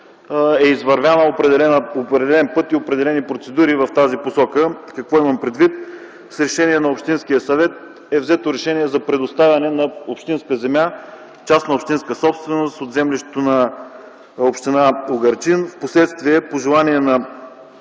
е извървян определен път, определени процедури в тази посока. Какво имам предвид? С решение на Общинския съвет е взето решение за предоставяне на общинска земя, частна общинска собственост, от землището на община Угърчин. Впоследствие по желание на